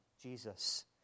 Jesus